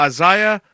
Isaiah